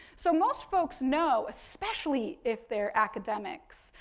so, most folks know, especially if they're academics,